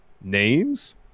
names